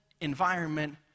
environment